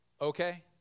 Okay